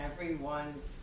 everyone's